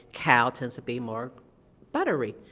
cow tends to be more buttery,